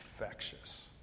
infectious